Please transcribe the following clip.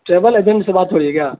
travel agent سے بات ہو رہی ہے کیا